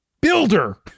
builder